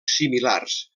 similars